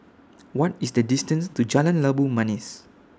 What IS The distance to Jalan Labu Manis